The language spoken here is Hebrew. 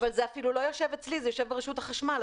זה אפילו לא יושב אצלי, זה יושב ברשות החשמל.